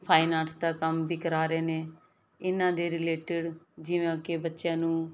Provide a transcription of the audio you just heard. fine arts ਦਾ ਕੰਮ ਵੀ ਕਰਾ ਰਹੇ ਨੇ ਇਹਨਾਂ ਦੇ ਰਿਲੇਟਡ ਜਿਵੇਂ ਅੱਗੇ ਬੱਚਿਆਂ ਨੂੰ